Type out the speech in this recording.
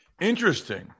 Interesting